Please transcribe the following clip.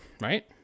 right